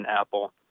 Apple